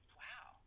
wow